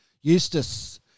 Eustace